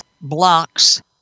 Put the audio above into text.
blocks